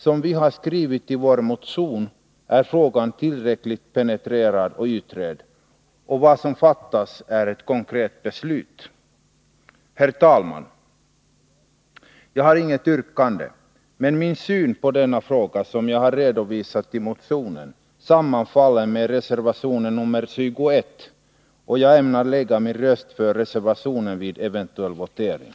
Som vi har skrivit i vår motion, är frågan tillräckligt penetrerad och utredd, och vad som fattas är ett konkret beslut. Herr talman! Jag har inget yrkande, men min syn på denna fråga, som jag har redovisat i motionen, sammanfaller med reservation nr 21, och jag ämnar lägga min röst för den vid eventuell votering.